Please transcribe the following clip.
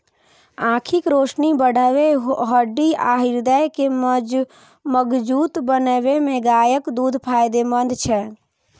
आंखिक रोशनी बढ़बै, हड्डी आ हृदय के मजगूत बनबै मे गायक दूध फायदेमंद छै